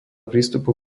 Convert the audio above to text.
prístupu